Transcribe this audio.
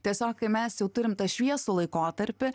tiesiog kai mes jau turim tą šviesų laikotarpį